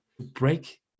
break